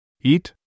Eat